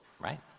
right